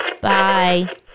Bye